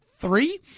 three